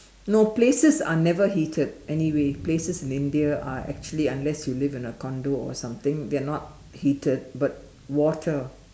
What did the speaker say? no places are never heated anyway places in India are actually unless you live in condo or something they are not heated but water